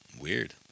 Weird